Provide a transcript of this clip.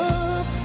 up